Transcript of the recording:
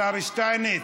השר שטייניץ,